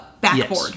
backboard